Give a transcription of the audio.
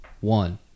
one